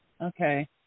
Okay